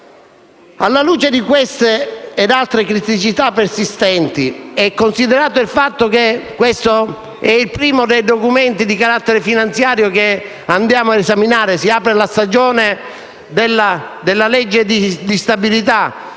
Alla luce di queste ed altre criticità persistenti e considerato il fatto che questo è il primo dei documenti di carattere finanziario che saremo chiamati ad esaminare - si apre, infatti, la stagione della legge di stabilità